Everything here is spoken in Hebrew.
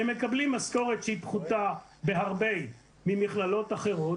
הם מקבלים משכורת שהיא פחותה בהרבה מאשר במכללות אחרות.